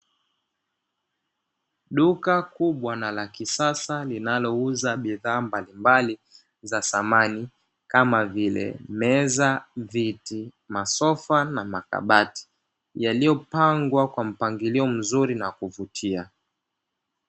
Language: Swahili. Duka kubwa na la kisasa linalouza bidhaa mbalimbali za dhamani kama vile meza viti masofa na makabati, yaliyopangwa kwa mpangilio mzuri na kuvutia.